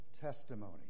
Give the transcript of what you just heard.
testimony